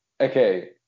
Okay